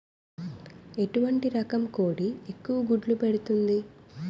ఎటువంటి రకం కోడి ఎక్కువ గుడ్లు పెడుతోంది?